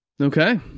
Okay